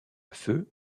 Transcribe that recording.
feu